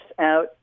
out